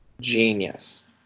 genius